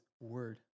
word